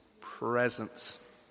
presence